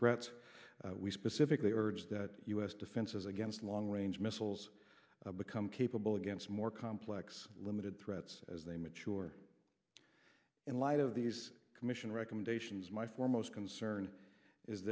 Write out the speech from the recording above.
threats we specifically urge that us defenses against long range missiles become capable against more complex limited threats as they mature in light of these commission recommendations my foremost concern is